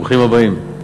ברוכים הבאים.